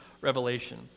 revelation